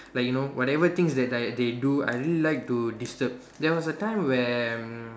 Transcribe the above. like you know whatever things that I they do I really like to disturb there was time when